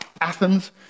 athens